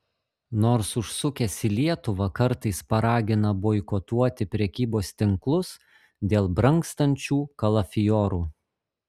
nors užsukęs į lietuvą kartais paragina boikotuoti prekybos tinklus dėl brangstančių kalafiorų